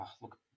Look